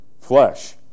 Flesh